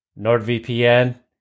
NordVPN